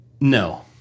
no